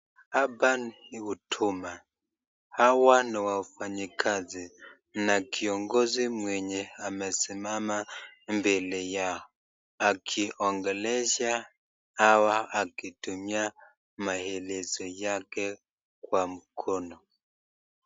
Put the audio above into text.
Hapa ni huduma. Hawa ni wafanyikazi na kiongozi mwenye amesimama mbele yao akiongelesha hawa akitumia maelezo yake kwa mkono.